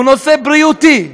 הוא נושא בריאותי,